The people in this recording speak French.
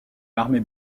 l’armée